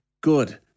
Good